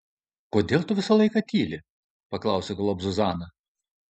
kodėl tu visą laiką tyli paklausė galop zuzana